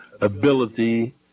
ability